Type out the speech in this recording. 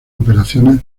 operaciones